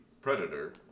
predator